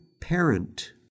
parent